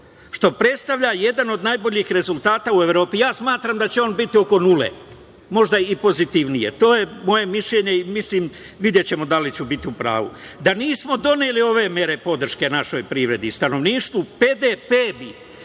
što predstavlja jedan od najboljih rezultata u Evropi. Ja smatram da će on biti oko nule. Možda i pozitivnije. To je moje mišljenje i videćemo da li ću biti u pravu. Da nismo doneli ove mere podrške našoj privredi, stanovništvu BDP bi